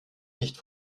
nicht